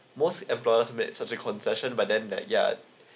most employers made such as concession but then uh ya